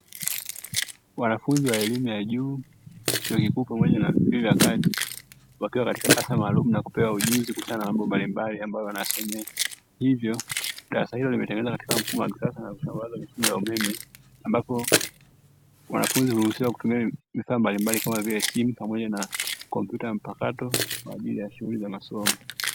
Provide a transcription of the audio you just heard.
Wanafunzi wa elimu ya juu, chuo kikuu pamoja na vyuo vya kati wakiwa katika darasa maalumu la kupewa ujuzi kuhusiana na mambo mbalimbali ambayo wanayasomea, hivyo darasa hilo limetengenezwa katika mfumo wa kisasa na kusambazwa mifumo ya umeme, ambapo wanafunzi huruhusiwa kutumia vifaa mbalimbali kama vile simu pamoja na kompyuta mpakato kwa ajili ya shughuli za masomo.